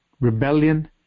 rebellion